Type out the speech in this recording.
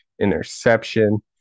interception